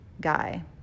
Guy